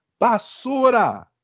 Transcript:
basura